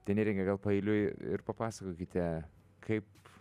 tai neringa gal paeiliui ir papasakokite kaip